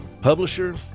publisher